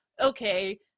okay